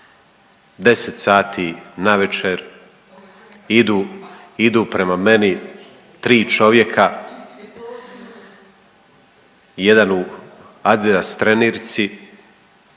10 sati navečer idu prema meni tri čovjeka, jedan u Adidas trenirci,